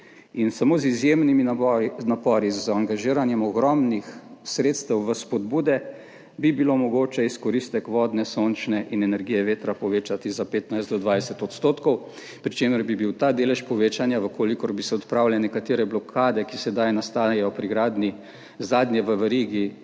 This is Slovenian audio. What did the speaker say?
Samo z izjemnimi napori, z angažiranjem ogromnih sredstev v spodbude bi bilo mogoče izkoristek vodne, sončne energije in energije vetra povečati za 15 do 20 %, pri čemer bi bil ta delež povečanja, če bi se odpravile nekatere blokade, ki sedaj nastajajo pri gradnji zadnje v verigi